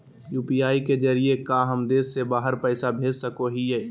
UPI के जरिए का हम देश से बाहर पैसा भेज सको हियय?